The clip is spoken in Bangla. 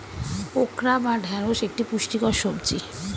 ওকরা বা ঢ্যাঁড়স একটি পুষ্টিকর সবজি